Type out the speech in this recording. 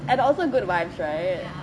and also good vibes right